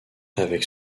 avec